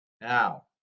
Now